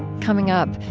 coming up,